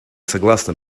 согласна